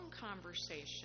conversation